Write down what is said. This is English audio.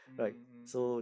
mm mm mm